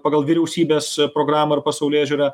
pagal vyriausybės programą ir pasaulėžiūrą